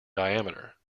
diameter